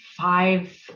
five